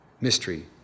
Mystery